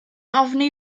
ofni